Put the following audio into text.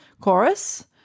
Chorus